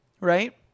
right